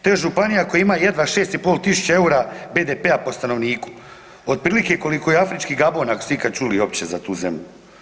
To je županija koja ima jedva 6,5 tisuća EUR-a BDP-a po stanovniku otprilike koliko i afrički Gabon ako ste ikad čuli opće za tu zemlju.